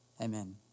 Amen